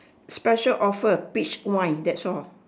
special offer peach wine that's all